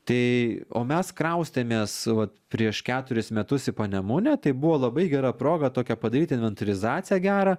tai o mes kraustėmės vat prieš keturis metus į panemunę tai buvo labai gera proga tokią padaryt inventorizaciją gerą